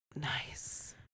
Nice